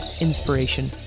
inspiration